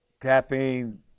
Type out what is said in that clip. Caffeine